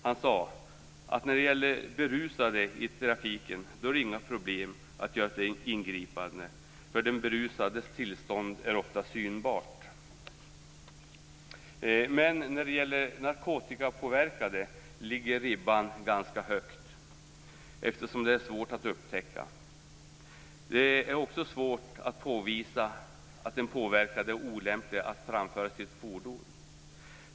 Han sade att det inte är något problem att göra ett ingripande mot berusade i trafiken, eftersom den berusades tillstånd ofta är uppenbart. När det gäller narkotikapåverkade ligger ribban däremot ganska högt, eftersom narkotikapåverkan är svår att upptäcka. Det är också svårt att påvisa att den påverkade är olämplig att framföra sitt fordon.